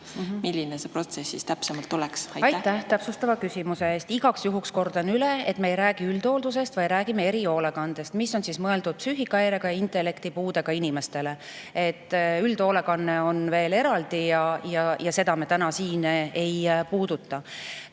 Milline see protsess täpsemalt oleks? Aitäh täpsustava küsimuse eest! Igaks juhuks kordan üle, et me ei räägi üldhooldusest, vaid räägime erihoolekandest, mis on mõeldud psüühikahäire ja intellektipuudega inimestele. Üldhooldus on eraldi, seda me täna siin ei puuduta. Kehtiv